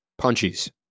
Punchies